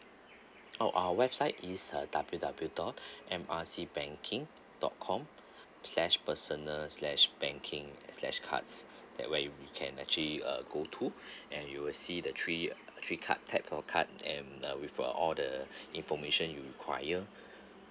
oh our website is uh W W dot M R C banking dot com slash personal slash banking slash cards that where we can actually uh go to and you will see the three uh three card types or card and uh with uh all the information you require